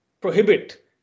prohibit